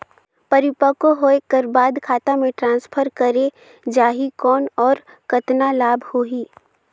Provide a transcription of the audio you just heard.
परिपक्व होय कर बाद खाता मे ट्रांसफर करे जा ही कौन और कतना लाभ होही?